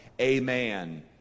amen